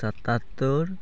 ᱥᱟᱛᱟᱛᱛᱳᱨ